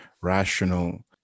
rational